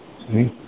See